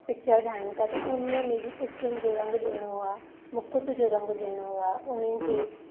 picture ठाहियूं था त उन्ही में बि स्किन जो रंगु ॾियणो आहे मुकुट जो रंगु ॾियणो आहे उन खे